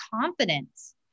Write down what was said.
confidence